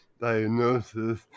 diagnosis